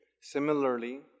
Similarly